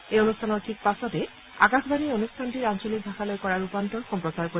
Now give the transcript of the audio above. এই অনুষ্ঠানৰ ঠিক পাছতে আকাশবাণীয়ে অনুষ্ঠানটিৰ আঞ্চলিক ভাষালৈ কৰা ৰূপান্তৰ সম্প্ৰচাৰ কৰিব